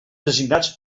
designats